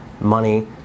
money